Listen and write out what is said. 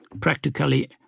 practically